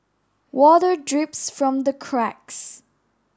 water drips from the cracks